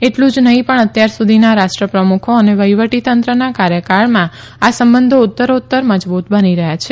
એટલું જ નહીં પણ અત્યાર સુધીના રાષ્ટ્ર પ્રમુખો અને વહીવટીતંત્રના કાર્યકાળમાં આ સંબંધો ઉત્તરોત્તર મજબૂત બની રહ્યા છે